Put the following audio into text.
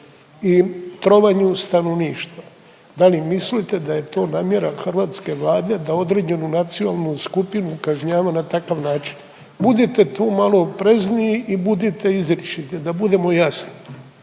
i trovanju stanovništva. Da li mislite da je to namjera hrvatska Vlade da određenu nacionalnu skupinu kažnjava na takav način? Budite tu malo oprezniji i budite izričiti da budemo jasni.